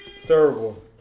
Terrible